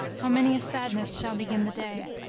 how many a sadness shall begin the day,